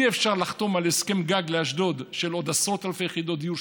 אי-אפשר לחתום על הסכם גג לאשדוד של עוד עשרות אלפי יחידות דיור,